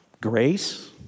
Grace